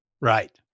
Right